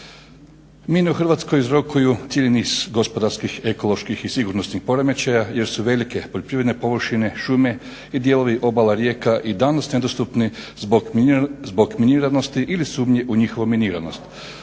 Mine u Hrvatskoj uzrokuju cijeli niz gospodarskih, ekoloških i sigurnosnih poremećaja jer su velike poljoprivredne površine, šume i dijelovi obala rijeka i danas nedostupni zbog miniranosti ili sumnji u njihovu miniranost.